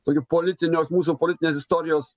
tokiu politiniu mūsų politinės istorijos